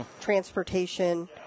transportation